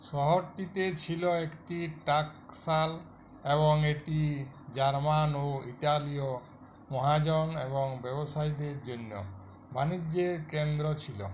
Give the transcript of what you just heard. শহরটিতে ছিল একটি টাঁকশাল এবং এটি জার্মান ও ইতালীয় মহাজন এবং ব্যবসায়ীদের জন্য বাণিজ্যের কেন্দ্র ছিল